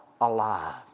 alive